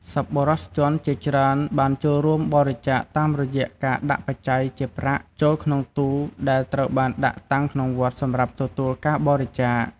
សប្បុរសជនជាច្រើនបានចូលរួមបរិច្ចាគតាមរយៈការដាក់បច្ច័យជាប្រាក់ ចូលក្នុងទូរដែលត្រូវបានដាក់តាំងក្នុងវត្តសម្រាប់ទទួលការបរិច្ចាគ។